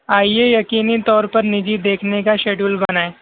آئیے یقینی طور پر نجی دیکھنے کا شیڈول بنائیں